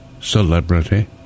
Celebrity